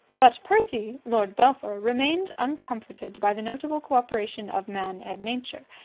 but percy, lord belpher, remained uncomforted by the notable co-operation of man and nature,